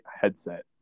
headset